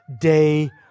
day